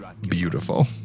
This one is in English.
beautiful